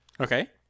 okay